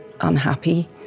unhappy